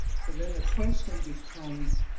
so then the question becomes